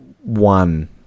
one